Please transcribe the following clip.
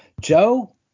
Joe